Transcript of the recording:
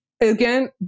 Again